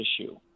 issue